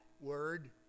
word